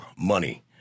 money